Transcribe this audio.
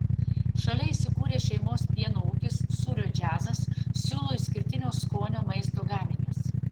šalia įsikūrę šeimos pieno ūkis sūrio džiazas siūlo išskirtinio skonio maisto gaminius